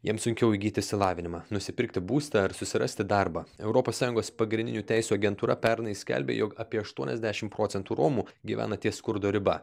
jiems sunkiau įgyti išsilavinimą nusipirkti būstą ar susirasti darbą europos sąjungos pagrindinių teisių agentūra pernai skelbė jog apie aštuoniasdešimt procentų romų gyvena ties skurdo riba